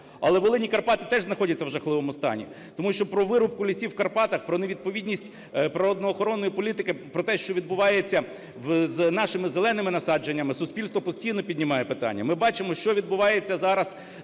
Але Волинь і Карпати теж знаходяться в жахливому стані, тому що про вирубку лісів у Карпатах, про невідповідність природоохоронної політики, про те, що відбувається з нашим зеленими насадженнями, суспільство постійно піднімає питання. Ми бачимо, що відбувається зараз